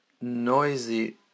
noisy